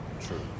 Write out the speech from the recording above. true